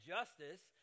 Justice